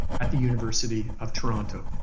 at the university of toronto.